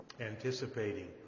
anticipating